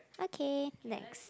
okay next